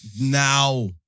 Now